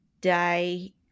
day